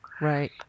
Right